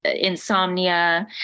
insomnia